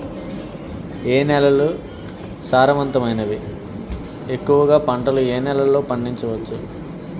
ఏ నేలలు సారవంతమైనవి? ఎక్కువ గా పంటలను ఏ నేలల్లో పండించ వచ్చు?